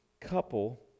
couple